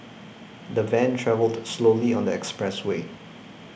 the van travelled slowly on the expressway